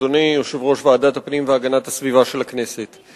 אדוני יושב-ראש ועדת הפנים והגנת הסביבה של הכנסת,